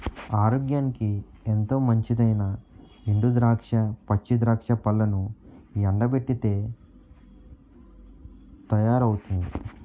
ఆరోగ్యానికి ఎంతో మంచిదైనా ఎండు ద్రాక్ష, పచ్చి ద్రాక్ష పళ్లను ఎండబెట్టితే తయారవుతుంది